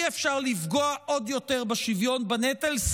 אי-אפשר לפגוע עוד יותר בשוויון בנטל.